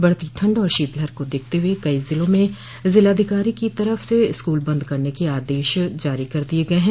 बढ़ती ठंड और शीतलहर को देखते हुए कई जिलों में जिलाधिकारी की तरफ स्कूल बंद करने के आदेश जारी कर दिये गये हैं